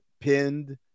pinned